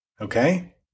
okay